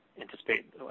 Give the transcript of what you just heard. anticipate